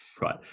right